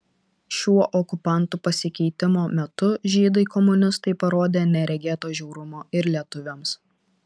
šiuo okupantų pasikeitimo metu žydai komunistai parodė neregėto žiaurumo ir lietuviams